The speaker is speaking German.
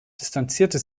distanzierte